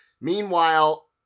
Meanwhile